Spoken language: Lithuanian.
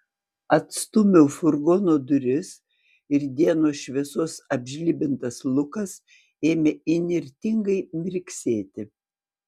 atstūmiau furgono duris ir dienos šviesos apžlibintas lukas ėmė įnirtingai mirksėti